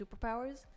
superpowers